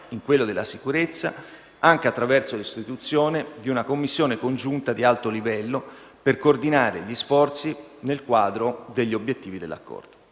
in quello della sicurezza, anche attraverso l'istituzione di una Commissione congiunta di alto livello per coordinare gli sforzi nel quadro degli obiettivi dell'accordo.